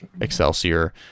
Excelsior